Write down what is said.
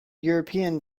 european